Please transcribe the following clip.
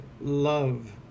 love